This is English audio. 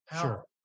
Sure